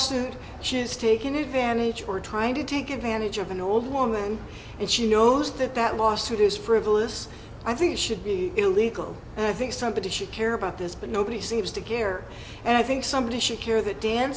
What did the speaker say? lawsuit she has taken advantage or trying to take advantage of an old woman and she knows that that lawsuit is frivolous i think it should be illegal and i think somebody should care about this but nobody seems to care and i think somebody should care that dan